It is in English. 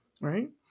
right